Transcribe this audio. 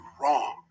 wrong